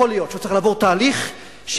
יכול להיות שהוא צריך לעבור תהליך של